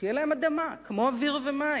תהיה להם אדמה כמו אוויר ומים,